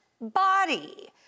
body